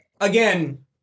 again